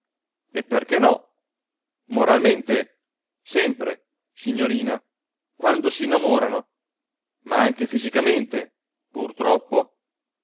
e perché no moralmente sempre signorina quando s'innamorano ma anche fisicamente